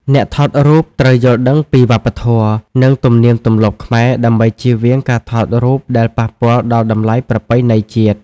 អ្នកថតរូបត្រូវយល់ដឹងពីវប្បធម៌ និងទំនៀមទម្លាប់ខ្មែរ ដើម្បីចៀសវាងការថតរូបដែលប៉ះពាល់ដល់តម្លៃប្រពៃណីជាតិ។